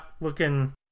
looking